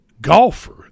golfer